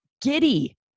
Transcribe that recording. giddy